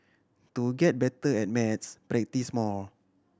to get better at maths practise more